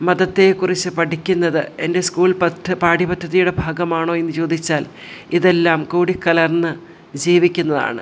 മതത്തെക്കുറിച്ച് പഠിക്കുന്നത് എൻ്റെ സ്കൂൾ പാഠ്യ പദ്ധതിയുടെ ഭാഗമാണോ എന്ന് ചോദിച്ചാൽ ഇതെല്ലാം കൂടി കലർന്ന് ജീവിക്കുന്നതാണ്